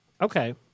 Okay